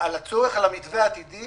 על צורך במתווה עתידי